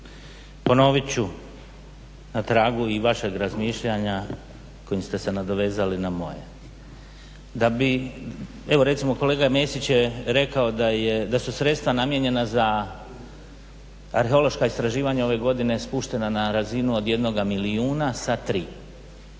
ponovit ću, na tragu i vašeg razmišljanja kojim ste se nadovezali na moje, da bi evo recimo kolega Mesić je rekao da su sredstva namijenjena za arheološka istraživanja ove godine spuštena na razinu od jednoga milijuna sa tri.